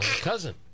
cousin